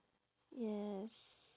yes